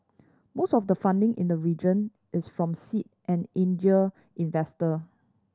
most of the funding in the region is from seed and angel investor